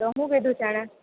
તો શું કહ્યું છે એણે